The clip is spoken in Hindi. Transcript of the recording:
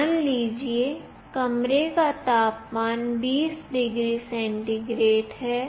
मान लीजिए कमरे का तापमान 20 डिग्री सेंटीग्रेड है